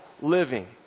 living